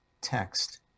text